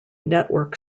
network